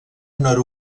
nord